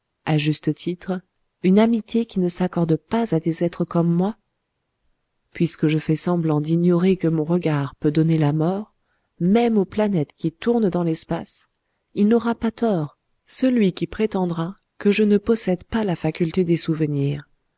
à juste titre une amitié qui ne s'accorde pas à des êtres comme moi puisque je fais semblant d'ignorer que mon regard peut donner la mort même aux planètes qui tournent dans l'espace il n'aura pas tort celui qui prétendra que je ne possède pas la faculté des souvenirs